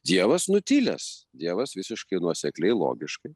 dievas nutilęs dievas visiškai nuosekliai logiškai